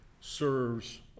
serves